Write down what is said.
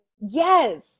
yes